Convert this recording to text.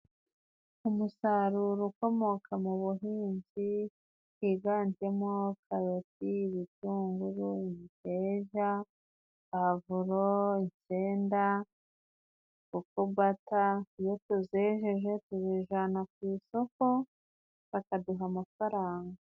Umusaruro ukomoka mu buhinzi higanjemo: karoti ibitunguru, imiteja ,pavuro, insenda kokobata iyo tuzejeje tubijana ku isoko bakaduha amafaranga.